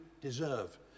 deserve